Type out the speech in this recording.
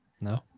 No